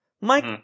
Mike